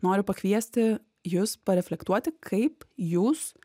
noriu pakviesti jus pareflektuoti kaip jūs